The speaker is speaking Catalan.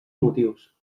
motius